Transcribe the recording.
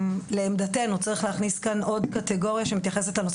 לעמדתנו צריך להכניס כאן עוד קטגוריה שמתייחסת לנושא